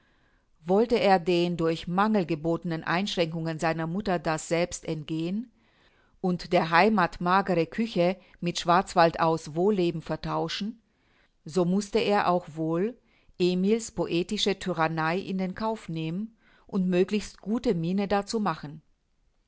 wollte er den durch mangel gebotenen einschränkungen seiner mutter daselbst entgehen und der heimath magere küche mit schwarzwaldau's wohlleben vertauschen so mußte er auch wohl emil's poetische tyrannei in den kauf nehmen und möglichst gute miene dazu machen